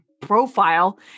profile